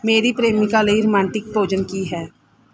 ਮੇਰੀ ਪ੍ਰੇਮਿਕਾ ਲਈ ਰੋਮਾਂਟਿਕ ਭੋਜਨ ਕੀ ਹੈ